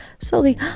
slowly